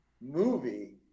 movie